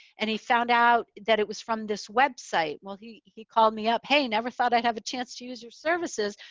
and he found out that it was from this website. well, he he called me up, hey, never thought i'd have a chance to use your services,